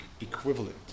equivalent